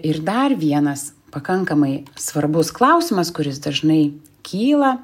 ir dar vienas pakankamai svarbus klausimas kuris dažnai kyla